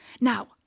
Now